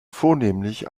vornehmlich